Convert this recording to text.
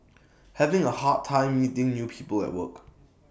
having A hard time meeting new people at work